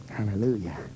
Hallelujah